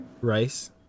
Rice